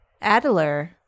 Adler